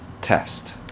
Test